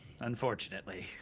unfortunately